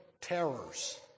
terrors